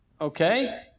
Okay